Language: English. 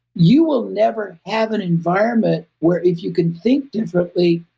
you will never have an environment where if you can think differently,